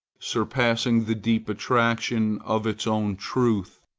surpassing the deep attraction of its own truth,